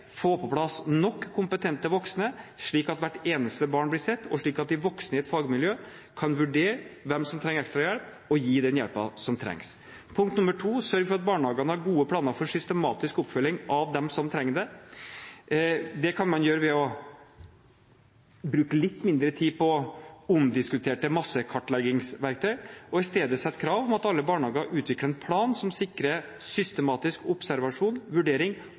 få på plass nok kompetente voksne, slik at hvert eneste barn blir sett, og slik at de voksne i et fagmiljø kan vurdere hvem som trenger ekstra hjelp, og gi den hjelpen som trengs. Punkt to: sørge for at barnehagene har gode planer for systematisk oppfølging av dem som trenger det. Det kan man gjøre ved å bruke litt mindre tid på omdiskuterte massekartleggingsverktøy og i stedet sette krav om at alle barnehager utvikler en plan som sikrer systematisk observasjon, vurdering